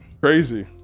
crazy